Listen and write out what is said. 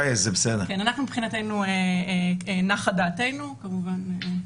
מבחינתנו, נחה דעתנו, וכמובן,